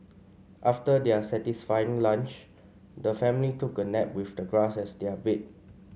after their satisfying lunch the family took a nap with the grass as their bed